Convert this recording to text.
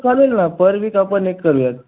चालेल ना per week आपण एक करू या